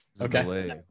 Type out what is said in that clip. okay